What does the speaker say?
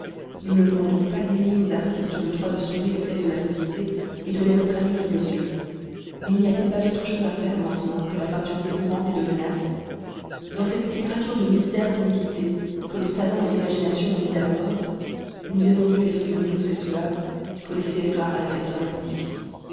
nous ne voulons donc pas dénier aux artistes le droit de sonder les plaies de la société et de les mettre à nu sous nos yeux mais n'y a-t-il pas autre chose à faire maintenant que la peinture d'épouvante et de menace dans cette littérature de mystères d'iniquité que le talent et l'imagination ont mise à la mode nous aimons mieux les figures douces et suaves que les scélérats à effet dramatique